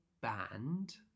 band